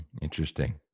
Interesting